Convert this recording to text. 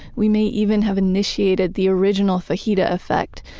we may even have initiated the original fajita effect.